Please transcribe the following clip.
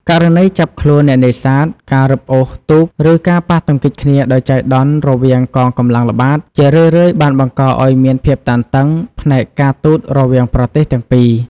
ករណីចាប់ខ្លួនអ្នកនេសាទ ការរឹបអូសទូក ឬការប៉ះទង្គិចគ្នាដោយចៃដន្យរវាងកងកម្លាំងល្បាត ជារឿយៗបានបង្កឱ្យមានភាពតានតឹងផ្នែកការទូតរវាងប្រទេសទាំងពីរ។